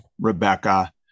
Rebecca